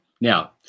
now